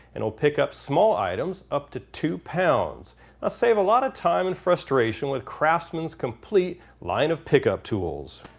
and will pick up small items up to two pounds ah save a lot of time and frustration with craftsman's complete line of pickup tools.